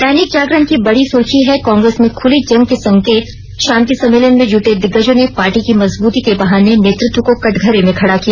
दैनिक जागरण की बड़ी सुर्खी है कांग्रेस में खुली जंग के संकेत शांति सम्मेलन में जुटे दिग्गजों ने पार्टी की मजबूती के बहाने नेतृत्व को कटघरे में खडा किया